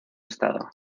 estado